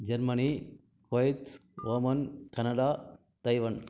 Germany Kuwait Oman Canada Taiwan